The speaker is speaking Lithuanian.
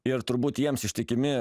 ir turbūt jiems ištikimi